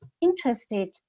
interested